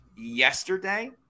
yesterday